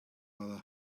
rather